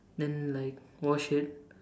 then like wash it